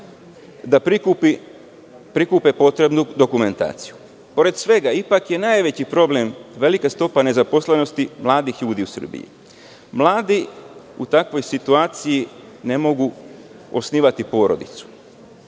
da prikupe potrebnu dokumentaciju. Pored svega, ipak je najveći problem velika stopa nezaposlenosti mladih ljudi u Srbiji. Mladi u takvoj situaciju ne mogu osnivati porodicu.